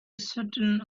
certain